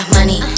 Money